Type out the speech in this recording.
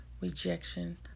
rejection